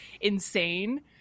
insane